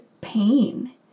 pain